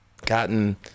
gotten